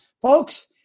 Folks